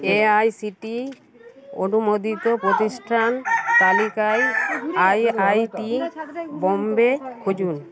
AICTE অনুমোদিত প্রতিষ্ঠান তালিকায় আই আই টি বম্বে খুঁজুন